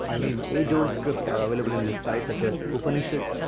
i mean, age-old scripts are available in this site such as upanishads,